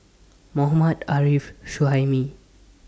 Mohammad Arif Suhaimi